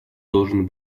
должен